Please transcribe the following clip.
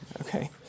Okay